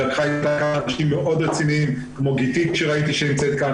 היא לקחה איתה כמה אנשים מאוד רציניים כמו גיתית שראיתי שנמצאת כאן,